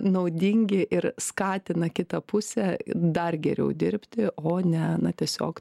naudingi ir skatina kitą pusę dar geriau dirbti o ne na tiesiog